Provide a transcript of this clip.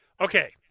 Okay